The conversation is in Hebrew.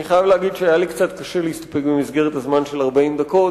אני חייב להגיד שהיה לי קצת קשה להסתפק במסגרת הזמן של 40 דקות,